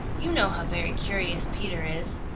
you know how very curious peter is.